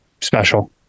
special